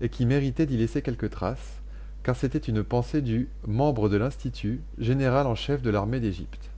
et qui méritait d'y laisser quelque trace car c'était une pensée du membre de l'institut général en chef de l'armée d'égypte